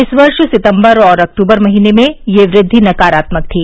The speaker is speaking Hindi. इस वर्ष सितंबर और अक्तूबर महीने में यह वृद्धि नकारात्मक थी